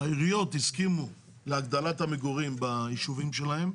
העיריות הסכימו להגדלת המגורים בישובים שלהם,